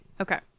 Okay